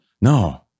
No